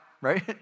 right